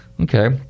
Okay